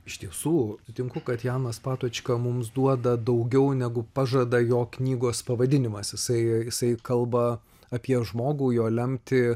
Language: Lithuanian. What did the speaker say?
iš tiesų sutinku kad janas patočka mums duoda daugiau negu pažada jog knygos pavadinimas jisai jisai kalba apie žmogų jo lemtį